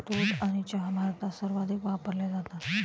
दूध आणि चहा भारतात सर्वाधिक वापरले जातात